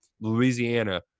Louisiana